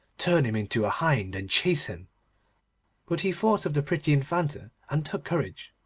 turn him into a hind, and chase him. but he thought of the pretty infanta, and took courage.